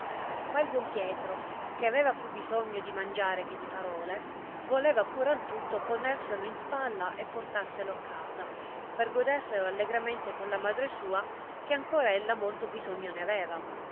ma il buon pietro che aveva più bibisogno di mangiare che di parole voleva pur al tutto ponerselo in spalla e portarselo a casa per goderselo allegramente con la madre sua che ancor ella molto bisogno ne aveva